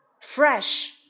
fresh